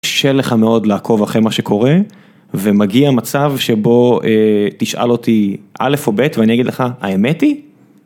קשה לך מאוד לעקוב אחרי מה שקורה ומגיע מצב שבו תשאל אותי א' או ב' ואני אגיד לך האמת היא.